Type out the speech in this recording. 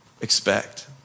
expect